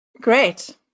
Great